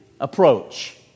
approach